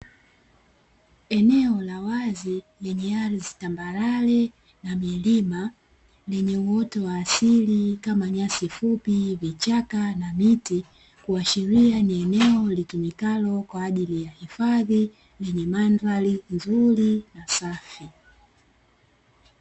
Eneo la wazi lenye ardhi tambarale na milima, lenye uoto wa asili kama nyasi fupi, vichaka na miti; kuashiria ni eneo litumikalo kwa ajili ya hifadhi lenye mandhari nzuri na safi.